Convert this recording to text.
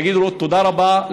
יגידו לו: תודה רבה,